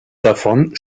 davon